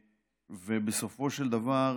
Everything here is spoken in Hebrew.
בסופו של דבר,